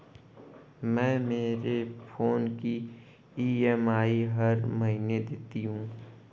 मैं मेरे फोन की ई.एम.आई हर महीने देती हूँ